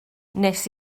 nes